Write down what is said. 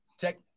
Check